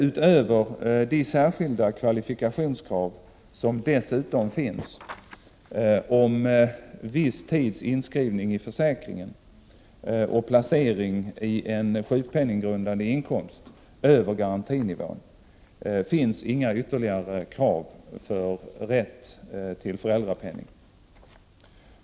Utöver de särskilda kvalifikationskrav som dessutom finns om viss tids inskrivning i försäkringen och placering i en sjukpenninggrundande inkomst över garantinivån finns inga ytterligare krav för rätt till föräldrapenning.